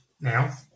now